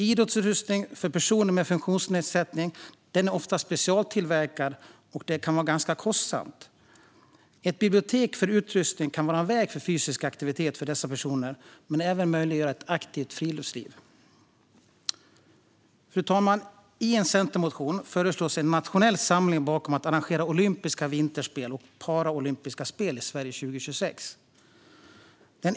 Idrottsutrustning för personer med funktionsnedsättning är ofta specialtillverkad och kan vara kostsam. Ett bibliotek för utrustning kan vara en väg till fysisk aktivitet för dessa personer och även möjliggöra ett aktivt friluftsliv. Fru talman! I en Centermotion föreslås en nationell samling bakom att arrangera olympiska vinterspel och paraolympiska spel i Sverige 2026.